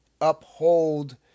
uphold